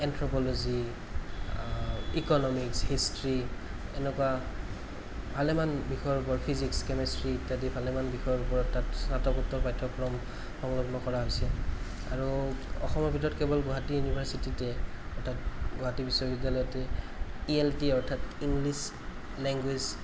anthropology economics history এনেকুৱা ভালেমান বিষয়ৰ ওপৰত ফিজিক্স কেমেষ্ট্ৰী ইত্য়াদি ভালেমান বিষয়ৰ ওপৰত তাত স্নাতকোত্তৰ পাঠ্য়ক্ৰম সংলগ্ন কৰা হৈছে আৰু অসমৰ ভিতৰত কেৱল গুৱাহাটী ইউনিভাৰ্চিটীতে অৰ্থাৎ গুৱাহাটী বিশ্ববিদ্য়ালয়তে ই এল টি অৰ্থাৎ ইংলিছ লেংগুৱেজ